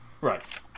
Right